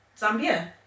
Zambia